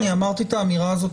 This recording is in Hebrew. אמרתי את האמירה הזאת